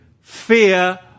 fear